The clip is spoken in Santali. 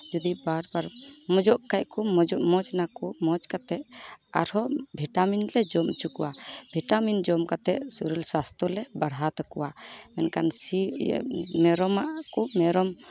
ᱡᱩᱫᱤ ᱵᱟᱨ ᱵᱟᱨ ᱢᱚᱡᱚᱜ ᱠᱷᱟᱡ ᱠᱚ ᱢᱚᱡᱽ ᱱᱟᱠᱚ ᱢᱚᱡᱽ ᱠᱟᱛᱮᱫ ᱟᱨᱚᱸ ᱵᱷᱤᱴᱟᱢᱤᱱ ᱞᱮ ᱡᱚᱢ ᱦᱚᱪᱚ ᱠᱚᱣᱟ ᱵᱷᱤᱴᱟᱢᱤᱱ ᱡᱚᱢ ᱠᱟᱛᱮᱫ ᱥᱚᱨᱤᱨ ᱥᱟᱥᱛᱷᱚ ᱞᱮ ᱵᱟᱲᱦᱟᱣ ᱛᱟᱠᱚᱣᱟ ᱢᱮᱱᱠᱷᱟᱱ ᱥᱤᱢ ᱤᱭᱟᱹ ᱢᱮᱨᱚᱢᱟᱜ ᱠᱚ ᱢᱮᱨᱚᱢ